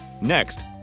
Next